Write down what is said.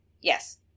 Yes